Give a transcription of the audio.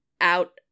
out